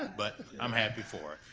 but i'm happy for